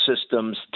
systems